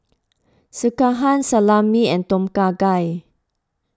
Sekihan Salami and Tom Kha Gai